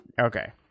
Okay